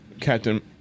Captain